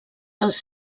els